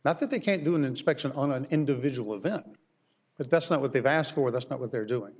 not that they can't do an inspection on an individual event but that's not what they've asked for that's not what they're doing